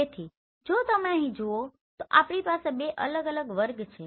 તેથી જો તમે અહીં જુઓ તો આપણી પાસે બે અલગ અલગ વર્ગ છે